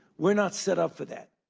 we're not set up for that.